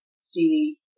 see